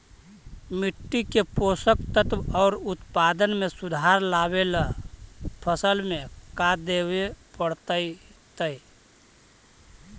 मिट्टी के पोषक तत्त्व और उत्पादन में सुधार लावे ला फसल में का देबे पड़तै तै?